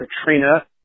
Katrina